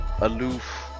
aloof